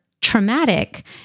traumatic